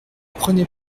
prenez